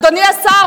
אדוני השר,